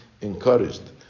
encouraged